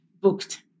booked